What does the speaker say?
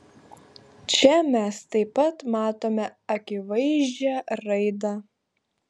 čia mes taip pat matome akivaizdžią raidą